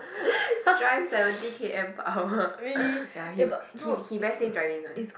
drive seventy K_M per hour ya he he he very safe driving one